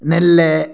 நெல்